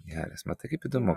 geras matai kaip įdomu